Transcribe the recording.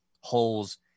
holes